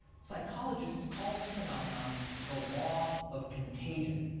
psychologists call this phenomenon the law of contagion.